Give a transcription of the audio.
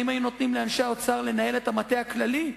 האם היו נותנים לאנשי האוצר לנהל את המטה הכללי?